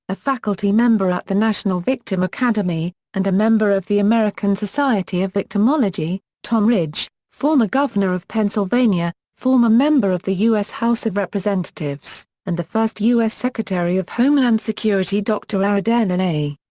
a faculty member at the national victim academy, and a member of the american society of victimology tom ridge, former governor of pennsylvania, former member of the u s. house of representatives, and the first u s. secretary of homeland security dr. aradhana and a.